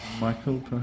Michael